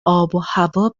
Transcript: آبوهوا